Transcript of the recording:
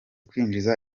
kwinjiza